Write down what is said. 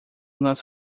nas